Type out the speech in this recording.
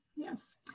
Yes